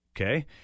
okay